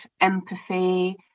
empathy